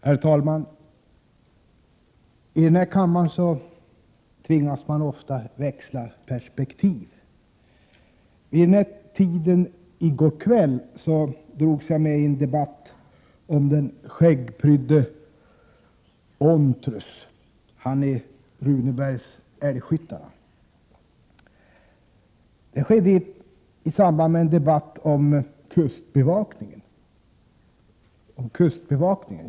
Herr talman! I den här kammaren tvingas man ofta växla perspektiv. Vid den här tiden i går kväll drogs jag med i en debatt om den brunskäggyvige Ontrus, han i Runebergs Älgskyttarne. Detta skedde i samband med en debatt om kustbevakningen.